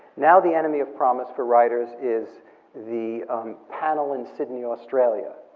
now the enemy of promise for writers is the panel in sydney, australia.